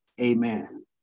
Amen